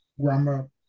grammar